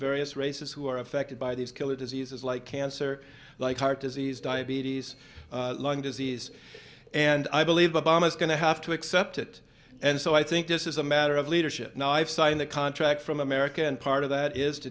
various races who are affected by these killer diseases like cancer like heart disease diabetes lung disease and i believe obama's going to have to accept it and so i think this is a matter of leadership now i've signed the contract from america and part of that is to